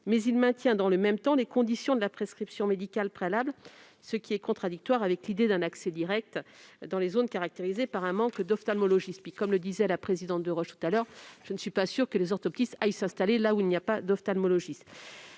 mais il maintient dans le même temps les conditions de la prescription médicale préalable, ce qui est contradictoire avec l'idée d'un accès direct dans les zones caractérisées par un manque d'ophtalmologistes. Comme le disait la présidente Catherine Deroche précédemment, je ne suis pas sûre que les orthoptistes aillent s'installer là où il n'y a pas d'ophtalmologistes.